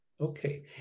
Okay